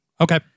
Okay